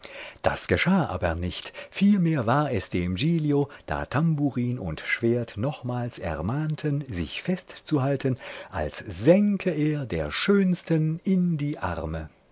das geschah aber nicht vielmehr war es dem giglio da tamburin und schwert nochmals ermahnten sich festzuhalten als sänke er der schönsten in die arme